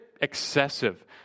excessive